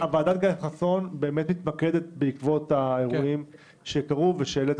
ועדת חסון מתמקדת בעקבות האירועים שקרו ושהעלית